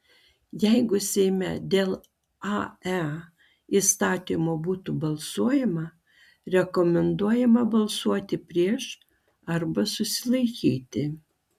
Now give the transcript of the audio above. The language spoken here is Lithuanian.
jeigu seime dėl ae įstatymo būtų balsuojama rekomenduojama balsuoti prieš arba susilaikyti